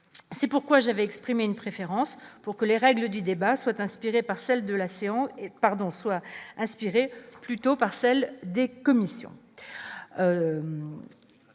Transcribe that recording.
c'est pourquoi j'avais exprimé une préférence pour que les règles du débat soit inspirée par celle de la scission